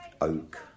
oak